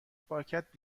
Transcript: پاکت